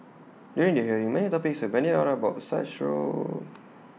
during the hearing many topics were bandied about such role